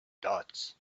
dots